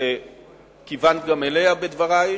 שכיוונת גם אליה בדברייך,